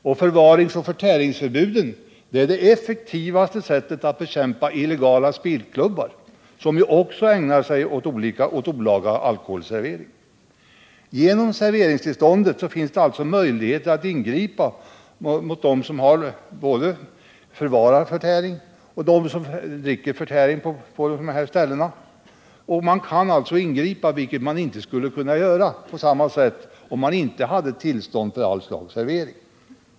Och dessa förbud utgör det effektivaste sättet att bekämpa illegala spelklubbar, som också ägnar sig åt olaga alkoholservering. Genom serveringstillståndet finns det alltså i sådana fall möjligheter att ingripa mot både dem som medför förtäring och dem som förtär drycker som serveras på platsen. Sådana ingripanden skulle man inte kunna göra på samma sätt, om det inte krävdes tillstånd för allt slags servering.